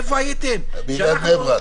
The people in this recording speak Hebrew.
איפה הייתם -- בעיריית בני ברק.